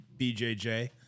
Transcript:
BJJ